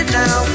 now